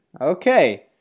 Okay